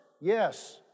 Yes